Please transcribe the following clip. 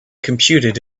computed